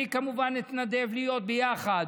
ואני כמובן אתנדב להיות ביחד,